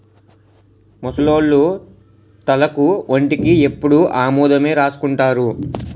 ముసలోళ్లు తలకు ఒంటికి ఎప్పుడు ఆముదమే రాసుకుంటారు